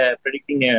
predicting